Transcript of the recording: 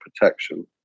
protection